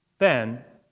then,